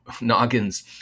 noggins